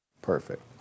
Perfect